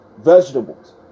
vegetables